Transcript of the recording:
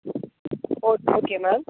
okay ma'am